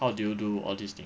how do you do all these thing